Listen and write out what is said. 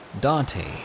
Dante